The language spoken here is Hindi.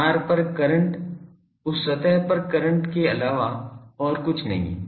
तार पर करंट उस सतह पर करंट के अलावा और कुछ नहीं है